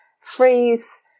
freeze